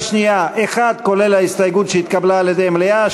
1 כולל ההסתייגות שהתקבלה על-ידי המליאה,